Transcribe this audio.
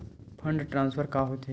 Fund transfer का होथे?